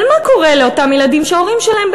אבל מה קורה לאותם ילדים שההורים שלהם,